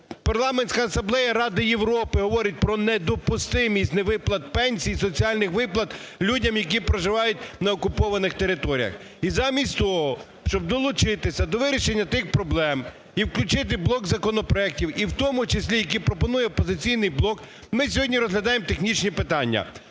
Парламентська асамблея Ради Європи говорить про недопустимість невиплат пенсій, соціальних виплат людям, які проживають на окупованих територіях. І замість того, щоб долучитися до вирішення тих проблем і включити блок законопроектів, і в тому числі які пропонує "Опозиційний блок", ми сьогодні розглядаємо технічні питання.